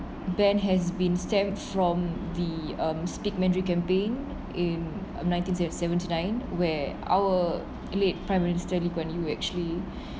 ban has been stemmed from the um speak mandarin campaign in nineteen seventy nine where our late prime minister lee kuan yew actually